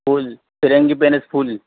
پھول فرنگی پینس پھول